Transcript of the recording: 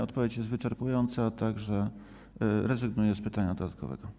Odpowiedź jest wyczerpująca, tak że rezygnuję z pytania dodatkowego.